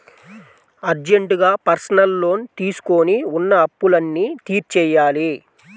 అర్జెంటుగా personal loan తీసుకొని ఉన్న అప్పులన్నీ తీర్చేయ్యాలి